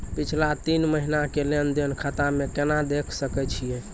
पिछला तीन महिना के लेंन देंन खाता मे केना देखे सकय छियै?